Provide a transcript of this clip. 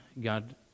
God